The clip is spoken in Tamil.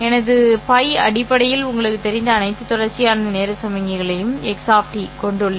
எனது பை அடிப்படையில் உங்களுக்குத் தெரிந்த அனைத்து தொடர்ச்சியான நேர சமிக்ஞைகளையும் x கொண்டுள்ளது